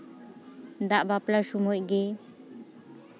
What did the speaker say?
ᱫᱟᱜ ᱵᱟᱯᱞᱟ ᱥᱚᱢᱚᱭᱜᱮ